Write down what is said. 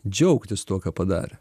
džiaugtis tuo ką padarė